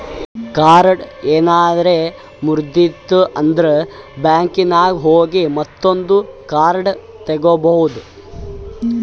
card ಏನಾರೆ ಮುರ್ದಿತ್ತಂದ್ರ ಬ್ಯಾಂಕಿನಾಗ್ ಹೋಗಿ ಮತ್ತೊಂದು ಕಾರ್ಡ್ ತಗೋಬೋದ್